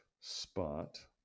spot